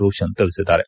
ರೋಶನ್ ತಿಳಿಸಿದ್ದಾರೆ